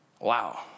Wow